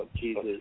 Jesus